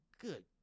good